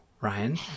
Ryan